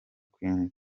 queen